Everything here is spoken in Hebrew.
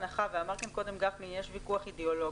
אמר כאן קודם גפני שיש ויכוח אידיאולוגי,